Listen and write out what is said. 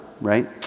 right